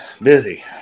Busy